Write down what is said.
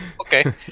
Okay